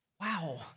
Wow